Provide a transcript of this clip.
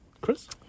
Chris